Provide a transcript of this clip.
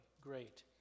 great